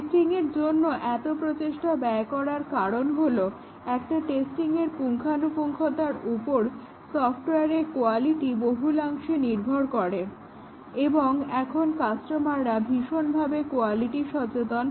টেস্টিংয়ের জন্য এত প্রচেষ্টা ব্যয় করার কারণ হলো একটা টেস্টিংয়ের পুঙ্খানুপুঙ্খতার উপর সফটওয়্যারের কোয়ালিটি বহুলাংশে নির্ভর করে এবং এখন কাস্টমাররা ভীষণভাবে কোয়ালিটি সচেতন